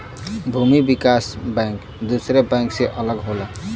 भूमि विकास बैंक दुसरे बैंक से अलग होला